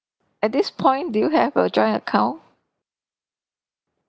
at this point do you have a joint account